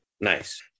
Nice